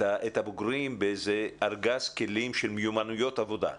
הבוגרים באיזה ארגז כלים של מיומנויות עבודה?